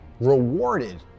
rewarded